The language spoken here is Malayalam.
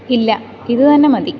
ഇല്ല ഇത് തന്നെ മതി